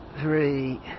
Three